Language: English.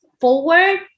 forward